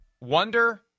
wonder